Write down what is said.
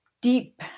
deep